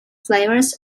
flavors